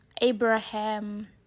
Abraham